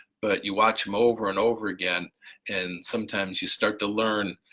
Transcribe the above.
but you watch them over and over again and sometimes you start to learn